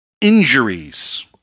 injuries